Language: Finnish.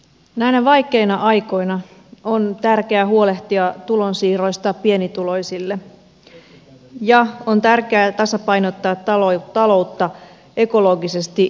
näinä vaikeina aikoina on tärkeää huolehtia tulonsiirroista pienituloisille ja on tärkeää tasapainottaa taloutta ekologisesti kestävällä tavalla